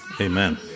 Amen